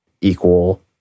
equal